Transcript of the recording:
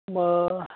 होमबा